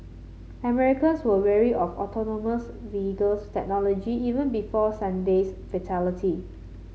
Americans were wary of autonomous vehicles technology even before Sunday's fatality